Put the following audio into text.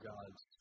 God's